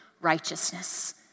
righteousness